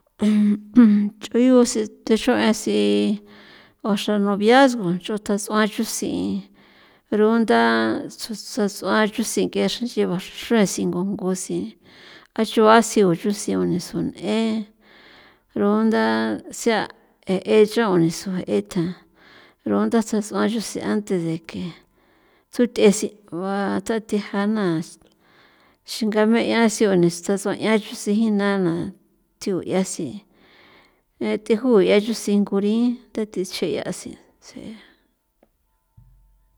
nch'o yuse texuen e si o xra noviazgo nchu tat'uan tusi pero untha sas'uan chusi nk'e xren nch'i ba xresi singo ngu si a chua si o chusi o nisu n'en rontha o sea e e chon ni suen eta rontha tsjas'uan chusen antes de que tsuth'e sen ba tsathe ja na xingame'a si o nisu sas'ua chusi jina na tu'ia si thi ju' ya cho sin ngurin ta te che' ya se se.